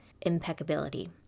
impeccability